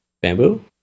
bamboo